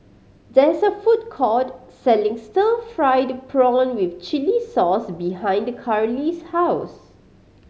there is a food court selling stir fried prawn with chili sauce behind Karlee's house